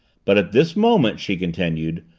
but at this moment, she continued,